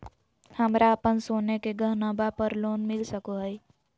हमरा अप्पन सोने के गहनबा पर लोन मिल सको हइ?